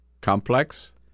Complex